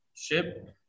ship